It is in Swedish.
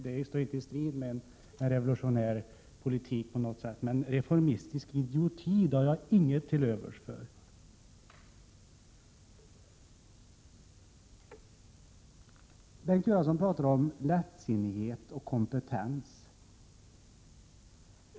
Det står inte i strid med en revolutionär politik på något sätt. Reformistisk idioti har jag däremot inget till övers för. Bengt Göransson talade om lättsinnighet och kompetens.